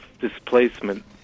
displacement